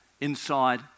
inside